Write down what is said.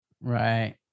Right